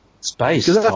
space